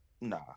Nah